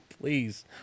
Please